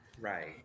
right